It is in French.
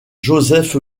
joseph